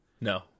No